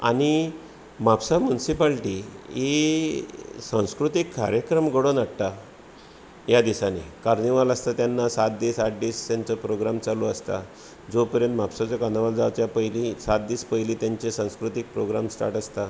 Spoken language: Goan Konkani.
आनी म्हापसां मुन्सिपालिटी ही सांस्कृतिक कार्यक्रम घडोवन हाडटा ह्या दिसांनी कार्निवल आसतां तेन्ना सात दीस आठ दीस तांचो प्रोग्राम चालू आसता जो पर्यंत म्हापशेचो कार्निवल जावच्या पयलींच सात दीस पयलें तांचे सांकृतिक प्रोग्राम स्टार्ट आसता